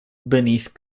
beneath